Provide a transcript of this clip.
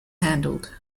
handled